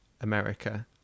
America